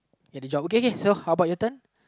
get a job okay okay so how about your turn